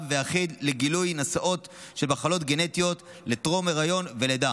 ואחיד לגילוי נשאות של מחלות גנטיות טרם היריון ולידה.